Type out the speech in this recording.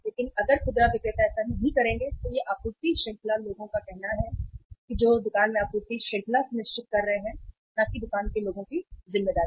लेकिन अगर खुदरा विक्रेता ऐसा नहीं करेंगे तो यह आपूर्ति श्रृंखला लोगों का कहना है जो दुकान में आपूर्ति श्रृंखला सुनिश्चित कर रहे हैं न कि दुकान के लोगों की जिम्मेदारी